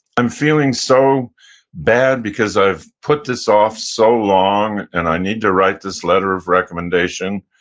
i'm feeling so bad because i've put this off so long, and i need to write this letter of recommendation,